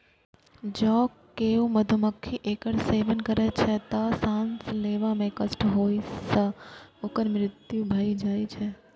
जौं केओ मनुक्ख एकर सेवन करै छै, तं सांस लेबा मे कष्ट होइ सं ओकर मृत्यु भए जाइ छै